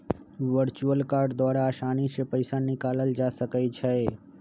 virtual card द्वारा असानी से पइसा निकालल जा सकइ छै